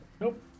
nope